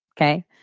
okay